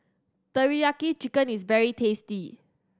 teriyaki chicken is very tasty